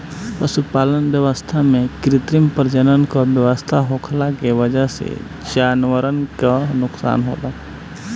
पशुपालन व्यवस्था में कृत्रिम प्रजनन क व्यवस्था होखला के वजह से जानवरन क नोकसान होला